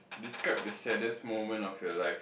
describe the saddest moment of your life